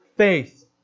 faith